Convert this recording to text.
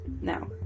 Now